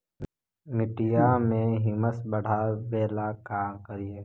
मिट्टियां में ह्यूमस बढ़ाबेला का करिए?